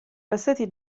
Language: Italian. passati